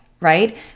right